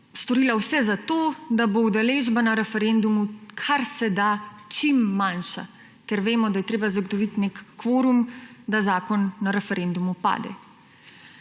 storila vse za to, da bo udeležba na referendumu karseda čim manjša, ker vemo, da je treba zagotoviti nek kvorum, da zakon na referendumu pade.